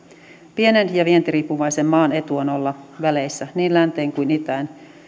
pienen ja vientiriippuvaisen maan etu on olla väleissä niin länteen kuin itään